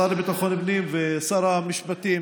השר לביטחון פנים ושר המשפטים,